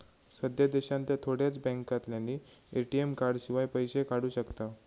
सध्या देशांतल्या थोड्याच बॅन्कांतल्यानी ए.टी.एम कार्डशिवाय पैशे काढू शकताव